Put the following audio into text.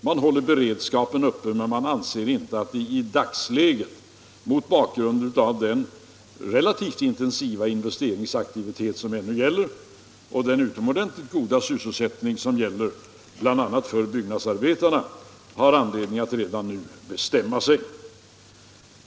Man håller beredskapen uppe men anser inte att man i dagens situation mot bakgrund av den ännu relativt höga investeringsaktiviteten och det utomordentligt goda sysselsättningsläget för bl.a. byggnadsarbetare har anledning att redan nu binda sig.